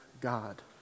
God